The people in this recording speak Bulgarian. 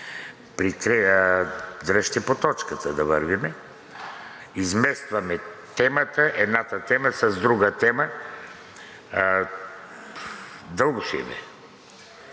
дръжте по точката да вървим. Изместваме една тема с друга тема, дълго ще е.